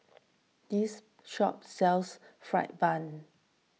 this shop sells Fried Bun